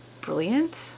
brilliant